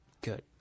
good